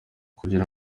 kugira